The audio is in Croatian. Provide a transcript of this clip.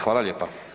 Hvala lijepa.